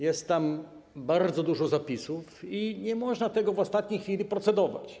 Jest tam bardzo dużo zapisów, nie można nad tym w ostatniej chwili procedować.